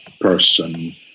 person